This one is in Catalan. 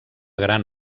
gran